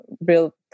real